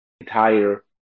entire